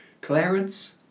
Clarence